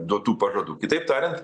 duotų pažadų kitaip tariant